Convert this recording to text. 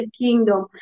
Kingdom